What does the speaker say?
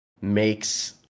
makes